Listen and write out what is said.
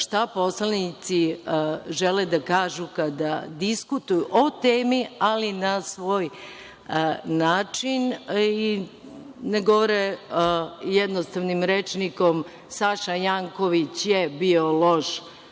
šta poslanici žele da kažu kada diskutuju o temi, ali na svoj način i ne govore jednostavnim rečnikom - Saša Janković je bio loš